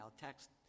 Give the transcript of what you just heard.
text